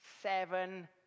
seven